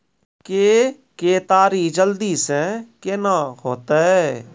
के केताड़ी जल्दी से के ना होते?